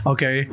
Okay